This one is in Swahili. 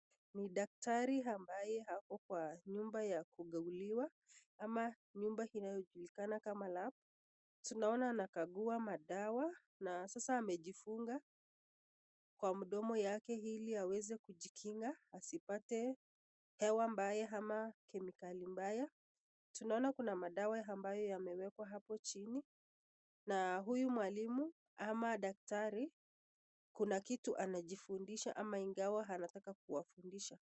Daktari ambaye ako kwa nyumba ya kukaguliwa ama nyumba inayojulikana kama lab tunaona anakagua madawa na sasa amejifunga kwa mdomo yake ili aweze kujikinga asipate hewa mbaya ama kemikali mbaya tunaona kuna madawa ambayo yamewekwa hapo chini na huyu mwalimu ama daktari kuna kitu anajifundisha ama ingawa anataka kuwafundisha.